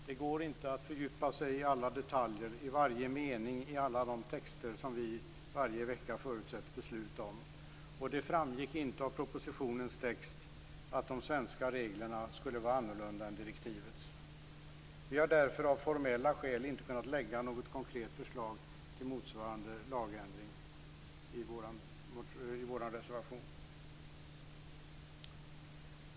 Det går inte att fördjupa sig i detaljerna i varje mening i alla de texter som vi varje vecka förutsätts besluta om. Det framgick inte av propositionens text att de svenska reglerna skulle vara annorlunda än direktivets. Vi har därför av formella skäl inte kunnat lägga fram något konkret förslag till motsvarande lagändring i vår reservation.